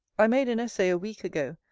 i made an essay, a week ago,